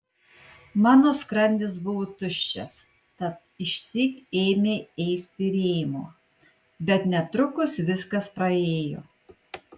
mano skrandis buvo tuščias tad išsyk ėmė ėsti rėmuo bet netrukus viskas praėjo